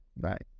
right